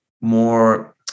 more